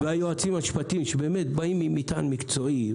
והיועצים המשפטיים שבאים עם מטען מקצועי.